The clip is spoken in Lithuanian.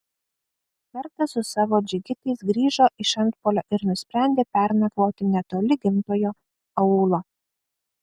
kartą su savo džigitais grįžo iš antpuolio ir nusprendė pernakvoti netoli gimtojo aūlo